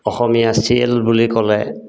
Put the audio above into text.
অসমীয়া চিয়েল বুলি ক'লে